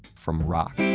from rock,